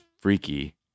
freaky